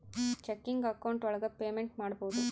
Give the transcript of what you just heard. checking account ಒಳಗ payment ಮಾಡ್ಬೋದು